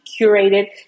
curated